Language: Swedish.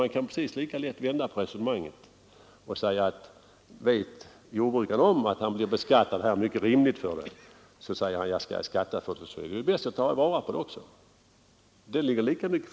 Men man kan lika lätt vända på resonemanget. Vet jordbrukaren om att han blir beskattad mycket lindrigt för denna förmån, säger han sig nog också att han skall ta vara på virket.